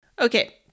okay